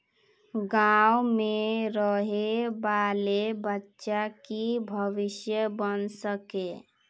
गाँव में रहे वाले बच्चा की भविष्य बन सके?